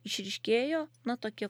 išryškėjo na tokie